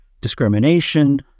discrimination